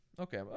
okay